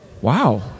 wow